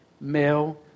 male